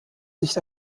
sich